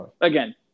again